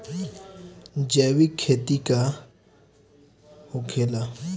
जैविक खेती का होखेला?